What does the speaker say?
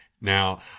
Now